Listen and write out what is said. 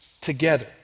together